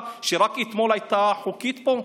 עם העמותה שרק אתמול הייתה חוקית פה.